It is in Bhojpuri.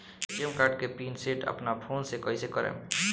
ए.टी.एम कार्ड के पिन सेट अपना फोन से कइसे करेम?